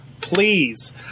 Please